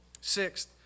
Sixth